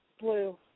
Blue